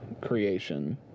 creation